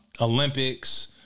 Olympics